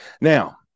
Now